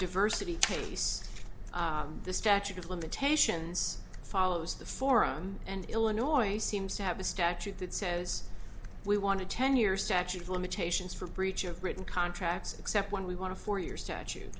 diversity case the statute of limitations follows the forum and illinois seems to have a statute that says we want to ten year statute of limitations for breach of written contracts except when we want to for y